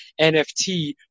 nft